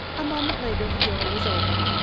a moment later the door was opened,